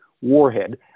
warhead